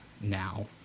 now